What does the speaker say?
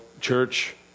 church